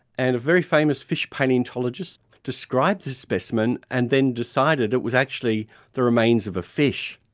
and a very famous fish palaeontologist described the specimen and then decided it was actually the remains of a fish,